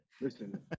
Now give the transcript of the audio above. Listen